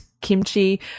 kimchi